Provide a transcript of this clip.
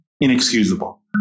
Inexcusable